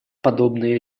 подобные